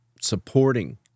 supporting